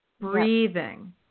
breathing